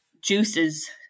juices